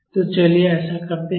तो चलिए ऐसा करते हैं